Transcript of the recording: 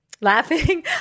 Laughing